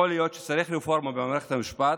יכול להיות שצריך רפורמה במערכת המשפט,